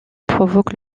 provoque